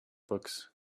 books